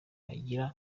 agira